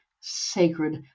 sacred